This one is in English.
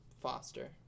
Foster